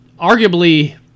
arguably